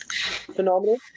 Phenomenal